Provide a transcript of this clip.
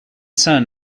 son